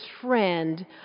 friend